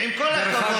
ועם כל הכבוד,